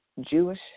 Jewish